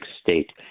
state